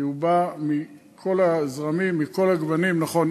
כי הוא בא מכל הזרמים, מכל הגוונים, נכון?